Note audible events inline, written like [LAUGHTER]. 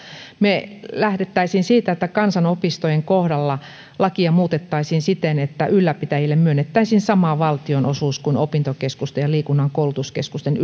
me lähtisimme siitä että kansanopistojen kohdalla lakia muutettaisiin siten että ylläpitäjille myönnettäisiin sama valtionosuus kuin opintokeskusten ja liikunnan koulutuskeskusten [UNINTELLIGIBLE]